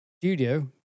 studio